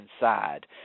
inside